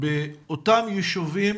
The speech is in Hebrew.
באותם רגעים.